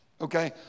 Okay